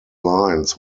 lines